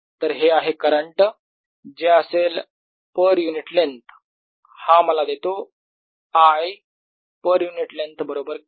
तर हे आहे करंट जे असेल पर युनिट लेन्थ हा मला देतो I पर युनिट लेन्थ बरोबर K